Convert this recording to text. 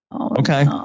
Okay